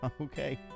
Okay